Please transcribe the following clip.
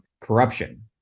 corruption